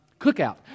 Cookout